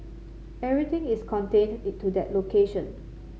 everything is contained to that location